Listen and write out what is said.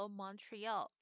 Montreal